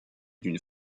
d’une